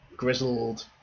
grizzled